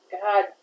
God